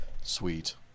sweet